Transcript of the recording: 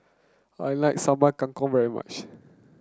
I like Sambal Kangkong very much